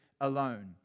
alone